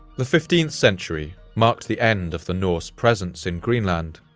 the fifteenth century marked the end of the norse presence in greenland.